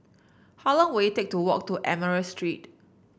how long will it take to walk to Admiralty Street